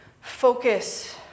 focus